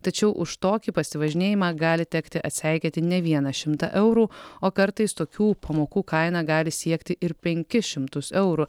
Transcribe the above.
tačiau už tokį pasivažinėjimą gali tekti atseikėti ne vieną šimtą eurų o kartais tokių pamokų kaina gali siekti ir penkis šimtus eurų